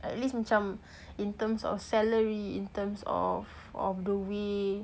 at least macam in terms of salary in terms of of the will